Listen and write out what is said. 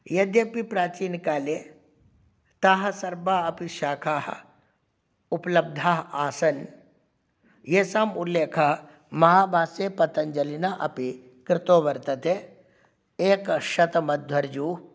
यद्यपि प्राचीनकाले ताः सर्वाः अपि शाखाः उपलब्धाः आसन् येषाम् उल्लेखः महाभाष्ये पतञ्जलिना अपि कृतो वर्तते एकशतम् अध्वर्युः